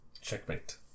checkmate